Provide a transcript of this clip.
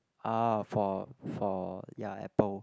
ah for for ya apple